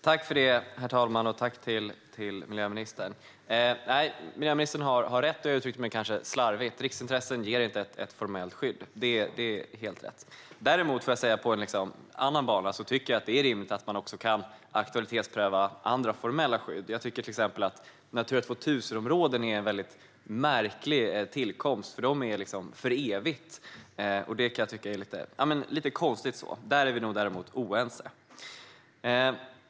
Herr talman! Miljöministern har rätt, och jag uttryckte mig kanske slarvigt. Riksintressen ger inte ett formellt skydd. Det är dock rimligt att man kan aktualitetspröva andra formella skydd. Till exempel är Natura 2000-områden märkliga, för de är för evigt. Det är lite konstigt, och här är vi oense.